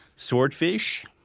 swordfish,